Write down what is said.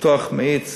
לפתוח מאיץ,